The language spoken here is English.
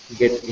get